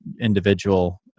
individual